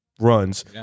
runs